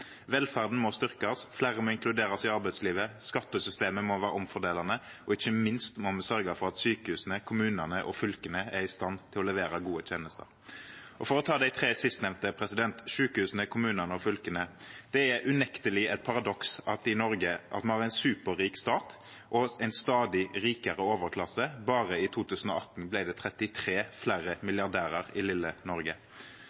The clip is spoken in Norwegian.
Velferden må styrkes, flere må inkluderes i arbeidslivet, skattesystemet må være omfordelende, og ikke minst må vi sørge for at sykehusene, kommunene og fylkene er i stand til å levere gode tjenester. For å ta de tre sistnevnte – sykehusene, kommunene og fylkene: Det er unektelig et paradoks at vi i Norge har en superrik stat og en stadig rikere overklasse. Bare i 2018 ble det 33 flere